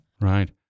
Right